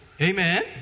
Amen